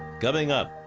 coming up,